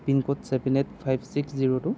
pin code seven eight five six zero two